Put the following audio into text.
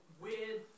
weird